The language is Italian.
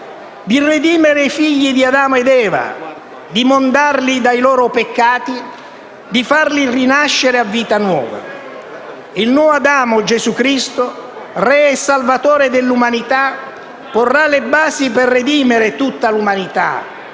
di redimere i figli di Adamo ed Eva, di mondarli dai loro peccati, di farli rinascere a vita nuova. Il nuovo Adamo, Gesù Cristo, Re e Salvatore dell'umanità, porrà le basi per redimere tutta l'umanità